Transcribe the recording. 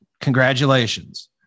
Congratulations